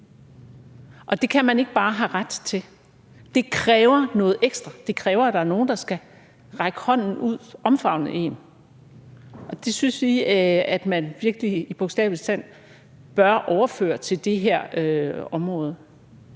Og det kan man ikke bare have ret til. Det kræver noget ekstra. Det kræver, at der er nogen, der skal række hånden ud, omfavne en, og det synes vi at man i bogstaveligste forstand bør overføre til det her område.